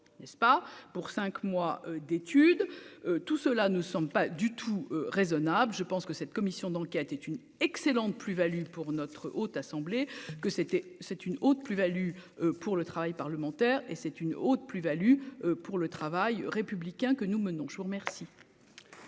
pour cinq mois d'études, tout cela, nous ne sommes pas du tout, raisonnables, je pense que cette commission d'enquête est une excellente plus-value pour notre haute assemblée que c'était, c'est une autre plus-Value pour le travail parlementaire et c'est une autre plus-Value pour le travail républicain que nous menons, je vous remercie.